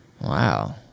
Wow